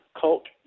cult